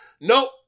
nope